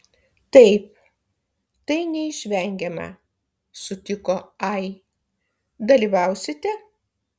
taip tai neišvengiama sutiko ai dalyvausite